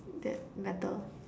that matter